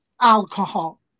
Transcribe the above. alcohol